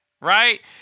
right